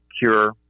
cure